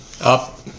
Up